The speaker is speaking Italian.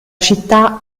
città